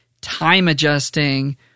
time-adjusting